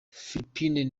philippines